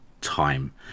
time